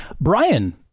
Brian